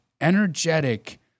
energetic